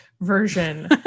version